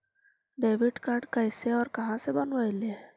Debit card कैसे और कहां से बनाबे है?